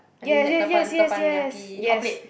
I mean that Teppan~ Teppanyaki hotplate